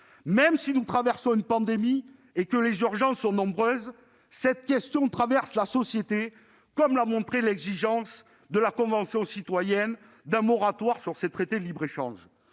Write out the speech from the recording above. Même si nous traversons une pandémie et que les urgences sont nombreuses, cette question traverse la société, comme l'a montré l'exigence, exprimée par la Convention citoyenne pour le climat, d'un moratoire sur ces traités de libre-échange,